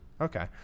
Okay